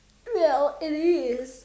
well it is